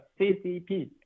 CCP